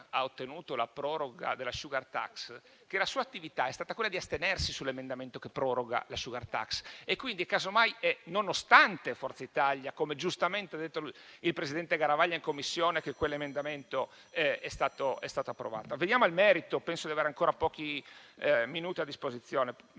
dell'entrata in vigore della *sugar tax,* che la sua attività è stata quella di astenersi sull'emendamento che dispone tale proroga; pertanto, casomai, è nonostante Forza Italia, come giustamente ha detto il presidente Garavaglia in Commissione, che quell'emendamento è stato approvato. Veniamo al merito, perché penso di avere ancora pochi minuti a disposizione,